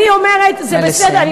אני אומרת, זה בסדר, נא לסיים.